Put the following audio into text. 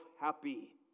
happy